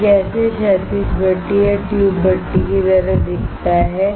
यह कैसे क्षैतिज भट्ठी या ट्यूब भट्ठी की तरह दिखता है